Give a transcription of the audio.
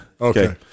okay